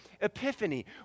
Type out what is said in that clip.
Epiphany